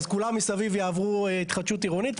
אז כולם מסביב יעברו התחדשות עירונית,